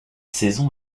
saison